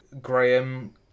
Graham